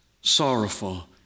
Sorrowful